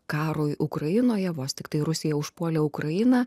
karui ukrainoje vos tiktai rusija užpuolė ukrainą